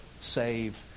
save